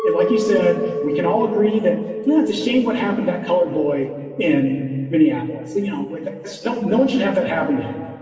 like you said, we can all agree that it's a shame what happened. that colored boy in minneapolis, you know, with still no one should have that happen to him.